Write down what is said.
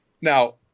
now